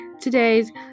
today's